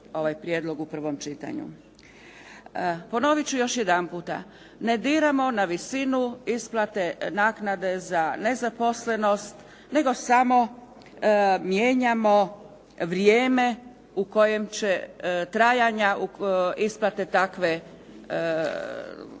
prijedlog u prvom čitanju. Ponovit ću još jedanputa. Ne diramo na visinu isplate naknade za nezaposlenost, nego samo mijenjamo vrijeme trajanja isplate takvog